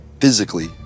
physically